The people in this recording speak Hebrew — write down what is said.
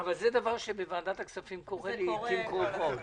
אבל זה דבר שקורה לעתים קרובות